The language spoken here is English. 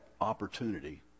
opportunity